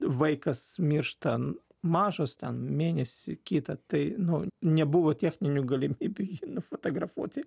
vaikas miršta mažas ten mėnesį kitą tai nu nebuvo techninių galimybių nufotografuoti